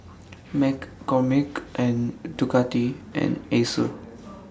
McCormick Ducati and Acer